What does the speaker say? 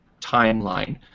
timeline